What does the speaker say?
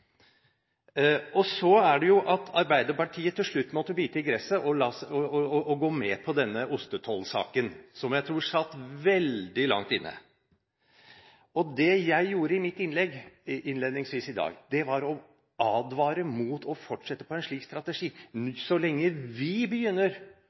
Så er det jo slik at Arbeiderpartiet til slutt måtte bite i gresset og gå med på denne ostetollsaken, som jeg tror satt veldig langt inne. Det jeg gjorde i mitt innlegg innledningsvis i dag, var å advare mot å fortsette med en slik strategi.